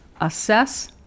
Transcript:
assess